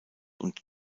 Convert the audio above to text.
und